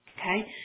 Okay